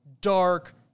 dark